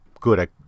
good